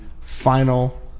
final